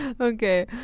Okay